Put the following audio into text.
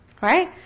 right